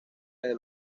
desde